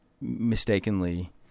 mistakenly